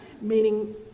meaning